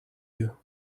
you